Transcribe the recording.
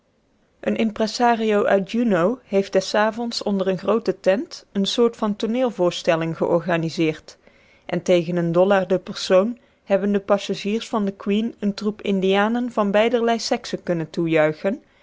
een impressario uit juneau heeft des avonds onder een groote tent een soort van tooneelvoorstelling georganiseerd en tegen een dollar de persoon hebben de passagiers van the queen een troep indianen van beiderlei sekse kunnen toejuichen